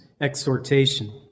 exhortation